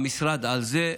המשרד על זה.